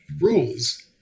rules